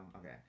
okay